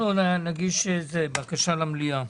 אנחנו נגיש בקשה למליאה.